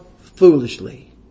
foolishly